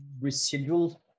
residual